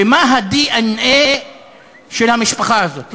ומה הדנ"א של המשפחה הזאת,